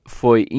foi